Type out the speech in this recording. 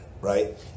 right